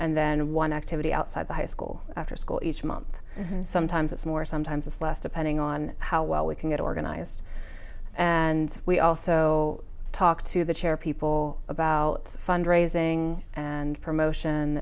and then one activity outside the high school after school each month sometimes it's more sometimes less depending on how well we can get organized and we also talked to the chair people about fund raising and promotion